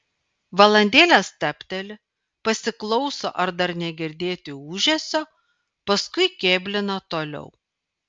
valandėlę stabteli pasiklauso ar dar negirdėti ūžesio paskui kėblina toliau